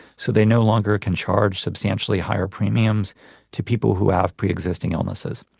so they no longer can charge substantially higher premiums to people who have pre-existing illnesses.